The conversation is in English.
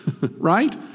Right